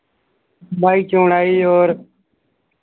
लम्बाई चौड़ाई और